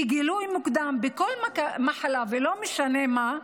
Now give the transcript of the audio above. כי גילוי מוקדם בכל מחלה ולא משנה מה,